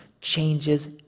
changes